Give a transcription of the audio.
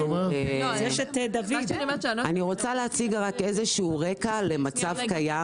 אני רוצה להציג איזשהו רקע למצב קיים.